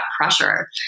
pressure